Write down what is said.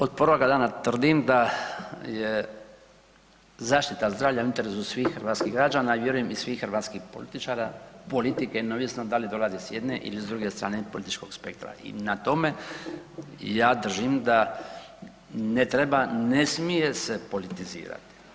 Od prvoga dana tvrdim da je zaštita zdravlja u interesu svih hrvatskih građana, vjerujem i svih hrvatskih političara, politike neovisno da li dolaze s jedne ili s druge strane političkog spektra i na tome ja držim da ne treba, ne smije se politizirati.